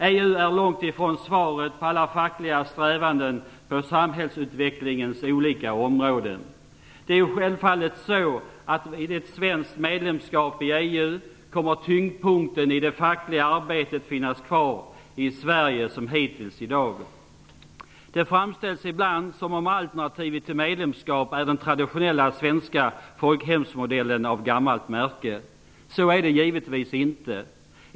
EU är långtifrån svaret på alla fackliga strävanden på samhällsutvecklingens olika områden. Det är självfallet så, att vid ett svenskt medlemskap i EU kommer tyngdpunkten i det fackliga arbetet att finnas kvar i Sverige som hittills i dag. Det framställs ibland som om alternativet till medlemskap är den traditionella svenska folkhemsmodellen av gammalt märke. Så är det givetvis inte.